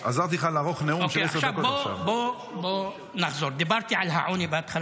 אז אני אומר לך, יש סיעות שיותר מאחד מכל סיעה